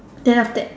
then after that